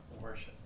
worship